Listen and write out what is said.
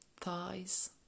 Thighs